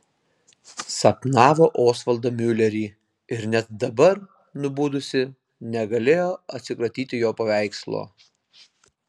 sapnavo osvaldą miulerį ir net dabar nubudusi negalėjo atsikratyti jo paveikslo